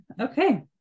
okay